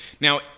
Now